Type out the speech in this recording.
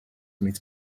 wneud